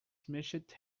schmidt